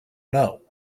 know